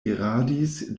iradis